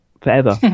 forever